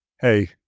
hey